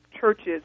churches